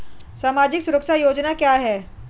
सामाजिक सुरक्षा योजना क्या है?